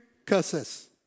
curses